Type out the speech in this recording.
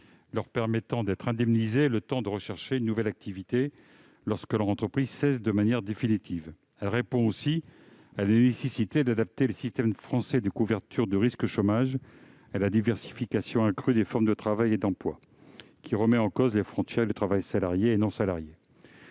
leur permette d'être indemnisés le temps de rechercher une nouvelle activité, lorsque leur entreprise cesse la sienne de manière définitive. Elle répond aussi à la nécessité d'adapter le système français de couverture du risque chômage à la diversification accrue des formes de travail et d'emploi, qui remet en cause les frontières entre travail salarié et non salarié.